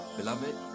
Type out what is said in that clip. Beloved